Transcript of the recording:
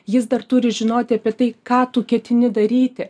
jis dar turi žinoti apie tai ką tu ketini daryti